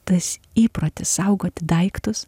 tas įprotis saugoti daiktus